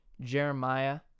jeremiah